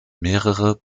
mehrere